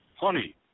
Honey